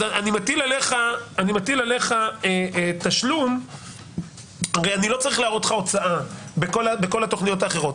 אני מטיל עליך תשלום ואני לא צריך להראות לך הוצאה בכל התכניות האחרות.